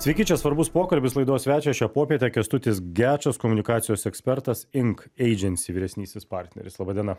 sveiki čia svarbus pokalbis laidos svečias šią popietę kęstutis gečas komunikacijos ekspertas ink eidžensi vyresnysis partneris laba diena